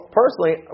personally